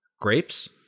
grapes